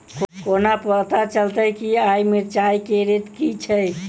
कोना पत्ता चलतै आय मिर्चाय केँ रेट की छै?